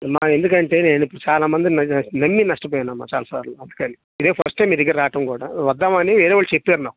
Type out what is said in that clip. అమ్మ ఎందుకు అంటే నేను చాలా మందిని నమ్మి నష్టపోయానమ్మ చాలాసార్లు అందుకని ఇదే ఫస్ట్ టైమ్ మీ దగ్గర రావడం కూడా వద్దామని వేరేవాళ్ళు చెప్పారు నాకు